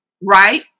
right